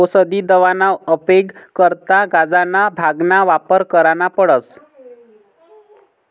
औसदी दवाना उपेग करता गांजाना, भांगना वापर करना पडस